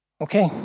Okay